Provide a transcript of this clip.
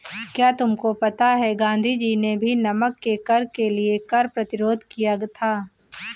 क्या तुमको पता है गांधी जी ने भी नमक के कर के लिए कर प्रतिरोध किया था